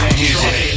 music